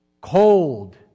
cold